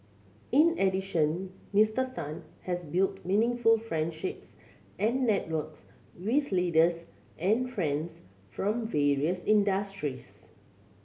in addition Mister Tan has built meaningful friendships and networks with leaders and friends from various industries